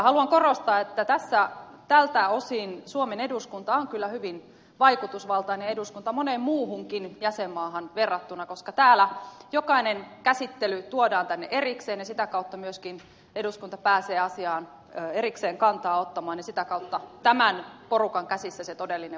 haluan korostaa että tältä osin suomen eduskunta on kyllä hyvin vaikutusvaltainen eduskunta moneen muuhunkin jäsenmaahan verrattuna koska täällä jokainen käsittely tuodaan tänne erikseen ja sitä kautta myöskin eduskunta pääsee asiaan erikseen kantaa ottamaan ja sitä kautta tämän porukan käsissä se todellinen vaikutusvalta on